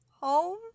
Home